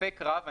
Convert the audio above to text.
ספק רב בעיניי,